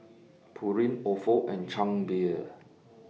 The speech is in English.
Pureen Ofo and Chang Beer